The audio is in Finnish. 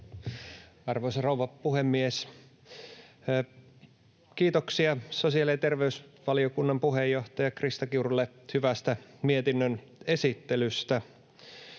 Arvoisa rouva puhemies! Kiitoksia sosiaali- ja terveysvaliokunnan puheenjohtajalle Krista Kiurulle hyvästä mietinnön esittelystä.